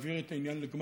להביא את העניין לגמר,